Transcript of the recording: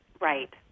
Right